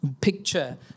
picture